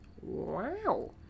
Wow